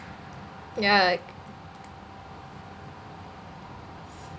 ya